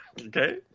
Okay